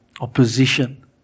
opposition